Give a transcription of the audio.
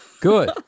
good